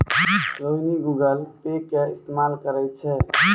Rohini Google Pay के इस्तेमाल करै छै